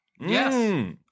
Yes